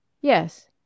Yes